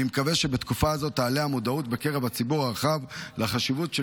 אני מקווה שבתקופה זו תעלה המודעות בקרב הציבור הרחב לחשיבות בכך